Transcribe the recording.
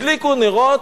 הדליקו נרות,